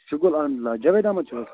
شُکُر الحمدُاللہ جاوید احمد چھُو حظ